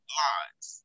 lives